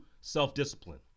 self-discipline